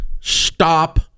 stop